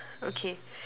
okay